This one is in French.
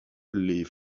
les